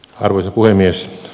arvoisa puhemies